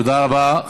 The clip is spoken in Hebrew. תודה רבה.